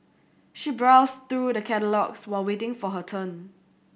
she browsed through the catalogues while waiting for her turn